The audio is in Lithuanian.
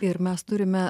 ir mes turime